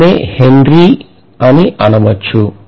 దీన్నే హెన్రీ అని అనవచ్చు